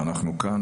שאנחנו כאן,